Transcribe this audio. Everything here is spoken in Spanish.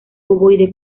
ovoide